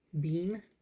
Bean